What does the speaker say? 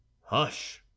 Hush